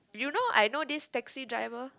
you know I know this taxi driver